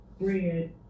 bread